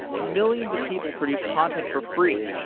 millions of people produce content for free,